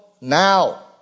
now